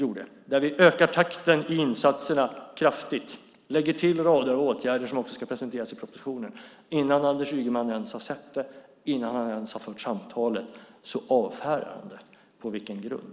Vi ökar kraftigt takten i insatserna och lägger till en rad åtgärder som också ska presenteras i propositionen. Men innan Anders Ygeman ens har sett det och innan han ens fört samtal avfärdar han det. På vilken grund?